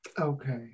Okay